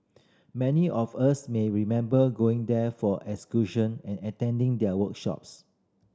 many of us may remember going there for excursion and attending their workshops